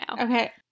okay